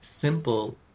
simple